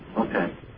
Okay